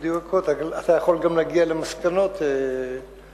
מדויקות אתה יכול גם להגיע למסקנות שגויות.